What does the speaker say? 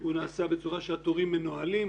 הוא נעשה בצורה שהתורים מנהלים.